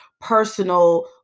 personal